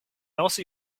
also